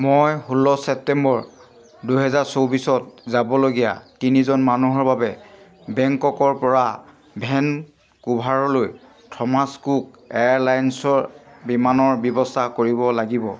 মই ষোল্ল ছেপ্টেম্বৰ দুহেজাৰ চৌবিছত যাবলগীয়া তিনিজন মানুহৰ বাবে বেংককৰ পৰা ভেনকুভাৰলৈ থমাছ কুক এয়াৰলাইনছ বিমানৰ ব্যৱস্থা কৰিব লাগিব